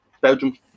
Belgium